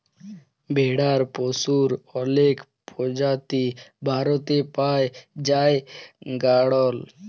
ভেড়ার পশুর অলেক প্রজাতি ভারতে পাই জাই গাড়ল